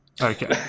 Okay